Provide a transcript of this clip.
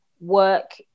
work